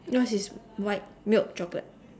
yours is white milk chocolate